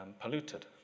polluted